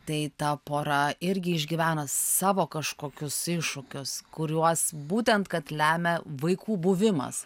tai ta pora irgi išgyvena savo kažkokius iššūkius kuriuos būtent kad lemia vaikų buvimas